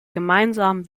gemeinsamen